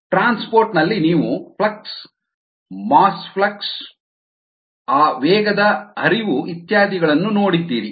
transport ನಲ್ಲಿ ನೀವು flux mass flux ಆವೇಗದ ಹರಿವು ಇತ್ಯಾದಿಗಳನ್ನು ನೋಡಿದ್ದೀರಿ